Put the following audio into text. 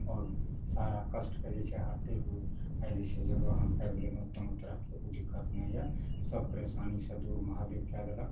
आओर सारा कष्टके जे छै हरते हुए आइ जे छै जगह हम पाबि लेलहुँ कोनो तरहके ओ दिक्कत नहि यऽ सब परेशानी सब दूर महादेब कए देलक